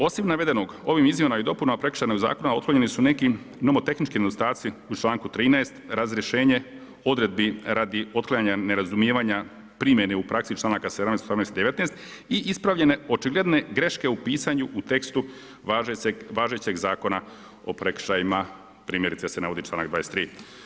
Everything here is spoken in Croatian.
Osim navedenog, ovim izmjenama i dopunama prekršajnog zakona otklonjeni su neki nomotehnički nedostaci u članku 13. razrješenje odredbi radi otklanjanja nerazumijevanja primjene u praksi članaka 17, 18 i 19 i ispravljene očigledne greške u pisanju u tekstu važećeg zakona o prekršajima, primjerice se navodi članak 24.